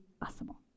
possible